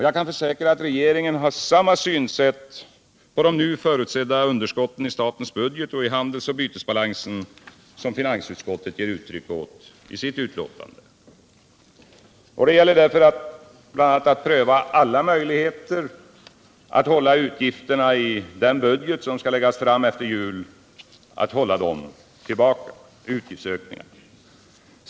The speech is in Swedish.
Jag kan försäkra att regeringen har samma synsätt på de nu förutsedda underskotten i statens budget och i handelsoch bytesbalansen som finansutskottet ger uttryck för i sitt utlåtande. Det gäller därför bl.a. att pröva alla möjligheter att hålla utgifterna tillbaka i den budget som skall läggas fram efter jul.